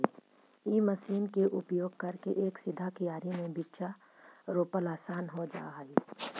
इ मशीन के उपयोग करके एक सीधा कियारी में बीचा रोपला असान हो जा हई